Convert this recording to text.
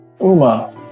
Uma